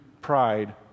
pride